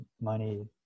money